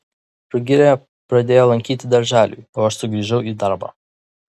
rugilė pradėjo lankyti darželį o aš sugrįžau į darbą